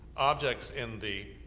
objects in the